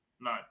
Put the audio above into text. No